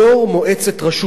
ליושב-ראש מועצת רשות העתיקות,